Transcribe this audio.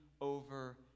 over